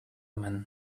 man